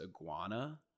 iguana